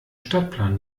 stadtplan